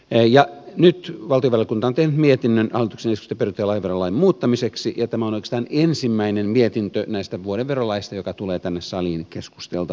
nyt valtiovarainvaliokunta on tehnyt mietinnön hallituksen esityksestä perintö ja lahjaverolain muuttamiseksi ja tämä on oikeastaan näistä vuoden verolaeista ensimmäinen mietintö joka tulee tänne saliin keskusteltavaksi